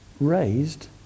raised